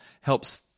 helps